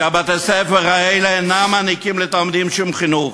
כי בתי-הספר האלה אינם מעניקים לתלמידים שום חינוך.